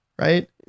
right